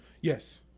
Yes